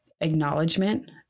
acknowledgement